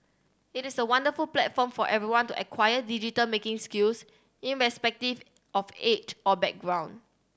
it is a wonderful platform for everyone to acquire digital making skills irrespective of age or background